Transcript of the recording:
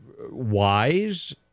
wise